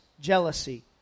jealousy